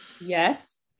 yes